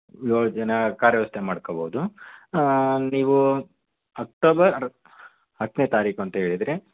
ಏಳು ಜನ ಕಾರ್ ವ್ಯವಸ್ಥೆ ಮಾಡ್ಕೋಬಹುದು ನೀವು ಅಕ್ಟೋಬರ್ ಹತ್ತನೇ ತಾರೀಕು ಅಂತ ಹೇಳಿದಿರಿ